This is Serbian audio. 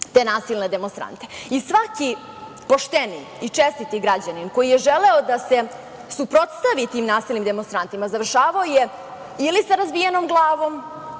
te nasilne demonstrante. Svaki pošteni i čestiti građanin koji je želeo da se suprotstavi tim nasilnim demonstrantima, završavao je ili sa razbijenom glavom